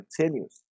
continues